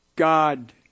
God